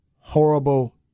horrible